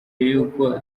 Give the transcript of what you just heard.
y’uko